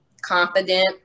confident